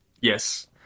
Yes